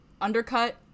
undercut